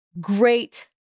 great